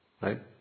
right